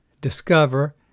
discover